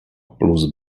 plus